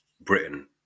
Britain